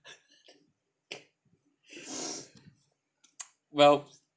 well